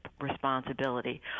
responsibility